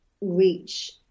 reach